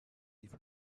leave